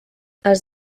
els